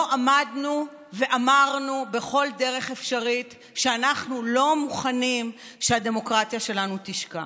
לא עמדנו ואמרנו בכל דרך אפשרית שאנחנו לא מוכנים שהדמוקרטיה שלנו תשקע.